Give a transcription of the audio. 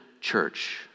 church